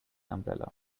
umbrella